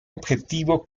objetivo